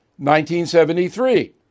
1973